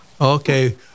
Okay